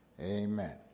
Amen